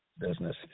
business